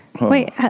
Wait